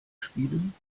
spielen